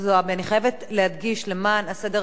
אני חייבת להדגיש למען הסדר הטוב,